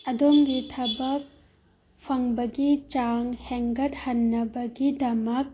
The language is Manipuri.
ꯑꯗꯣꯝꯒꯤ ꯊꯕꯛ ꯐꯪꯕꯒꯤ ꯆꯥꯡ ꯍꯦꯟꯒꯠꯍꯟꯅꯕꯒꯤꯗꯃꯛ